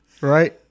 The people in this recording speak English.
right